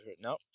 Nope